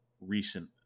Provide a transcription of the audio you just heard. recent